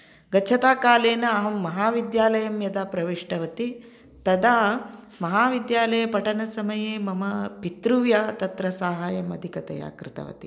गच्छताकालेन अहं महाविद्यालयं यदा प्रविष्टवती तदा महाविद्यालये पठनसमये मम पितृव्या तत्र साहायम् अधिकतया कृतवती